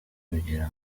kugira